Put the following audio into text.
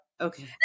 Okay